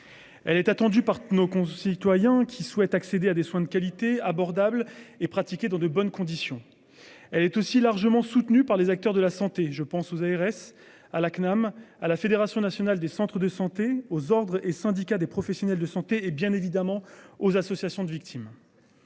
Elle est attendue par nos concitoyens qui souhaitent accéder à des soins de qualité, abordable et pratiqué dans de bonnes conditions. Elle est aussi largement soutenu par les acteurs de la santé, je pense aux ARS à la CNAM à la Fédération nationale des centres de santé aux ordres et syndicats des professionnels de santé et bien évidemment aux associations de victimes.